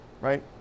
right